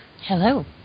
Hello